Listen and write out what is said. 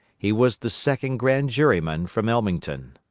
he was the second grand juryman from ellmington.